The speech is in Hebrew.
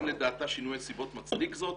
אם לדעתה שינוי הנסיבות מצדיק זאת,